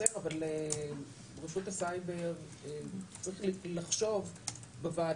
ראש מערך הסייבר לפתוח.